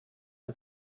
and